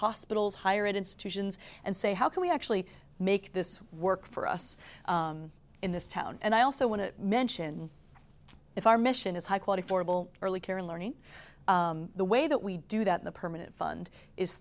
hospitals hire it institutions and say how can we actually make this work for us in this town and i also want to mention if our mission is high quality formal early care in learning the way that we do that the permanent fund is